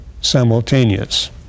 simultaneous